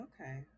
okay